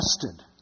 tested